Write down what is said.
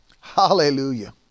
Hallelujah